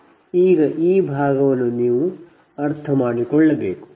ಈಗ ಈ ಭಾಗವನ್ನು ನೀವು ಈಗ ಅರ್ಥಮಾಡಿಕೊಳ್ಳಬೇಕು